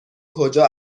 کجا